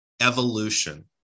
evolution